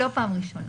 זה לא פעם ראשונה.